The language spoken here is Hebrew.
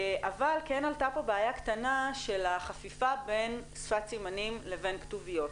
אבל כן עלתה פה בעיה קטנה של החפיפה בין שפת סימנים לבין כתוביות.